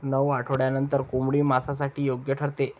नऊ आठवड्यांनंतर कोंबडी मांसासाठी योग्य ठरते